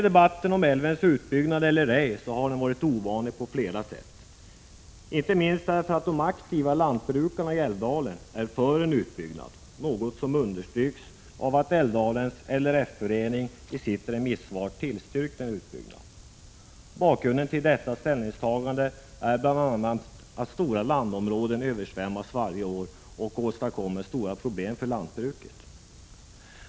Debatten om älvens utbyggnad eller ej har varit ovanlig på flera sätt, inte minst därför att de aktiva lantbrukarna i älvdalen är för en utbyggnad, något som understryks av att älvdalens LRF-förening i sitt remissvar tillstyrkt en utbyggnad. Bakgrunden till detta ställningstagande är bl.a. att stora landområden översvämmas varje år och åstadkommer avsevärda problem för lantbruket.